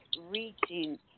reaching